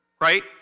right